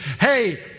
hey